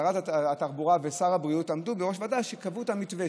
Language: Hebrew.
שרת התחבורה ושר הבריאות עמדו בראש ועדה שבה קבעו את המתווה,